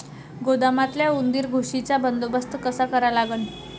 गोदामातल्या उंदीर, घुशीचा बंदोबस्त कसा करा लागन?